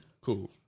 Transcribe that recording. Cool